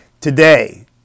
Today